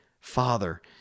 Father